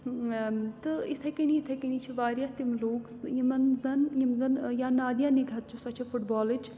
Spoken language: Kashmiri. تہٕ اِتھَے کٔنی اِتھَے کٔنی چھِ واریاہ تِم لوٗکھ یِمن زَن یِم زَن یا نادِیا نِگہَت چھِ سۄ چھِ فُٹ بالٕچ